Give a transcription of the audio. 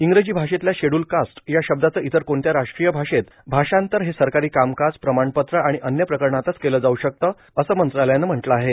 इंग्रजी भाषेतल्या scheduled caste या शब्दाचं इतर कोणत्या राष्ट्रीय भाषेत भाषांतर हे सरकारी कामकाज प्रमाणपत्र आणि अन्य प्रकरणातच केलं जाऊ शकतं असं मंत्रालयानं म्हटलं आहे